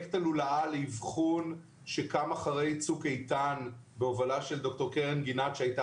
פרויקט הלולאה לאבחון שקם אחרי צוק איתן בהובלה של ד"ר קרן גינת שהייתה